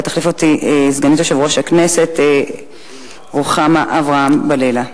תחליף אותי סגנית יושב-ראש הכנסת רוחמה אברהם-בלילא.